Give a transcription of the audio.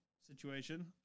situation